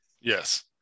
Yes